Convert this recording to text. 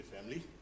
family